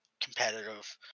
competitive